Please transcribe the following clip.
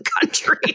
country